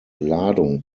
ladung